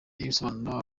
risobanura